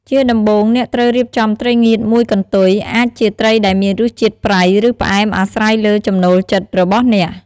ជាដំបូង អ្នកត្រូវរៀបចំត្រីងៀតមួយកន្ទុយ អាចជាត្រីដែលមានរសជាតិ ប្រៃ ឬផ្អែម អាស្រ័យលើចំណូលចិត្តរបស់អ្នក។